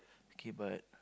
okay but